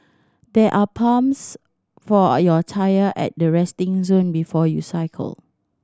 there are pumps for your tyre at the resting zone before you cycle